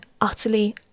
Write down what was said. utterly